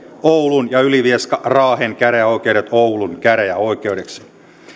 oulun ja ylivieska raahen käräjäoikeudet oulun käräjäoikeudeksi